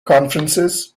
conferences